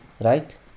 right